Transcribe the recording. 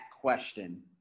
question